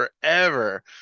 forever